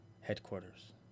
headquarters